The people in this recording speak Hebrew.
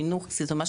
בסדר,